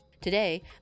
Today